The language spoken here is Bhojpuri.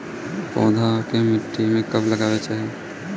पौधा के मिट्टी में कब लगावे के चाहि?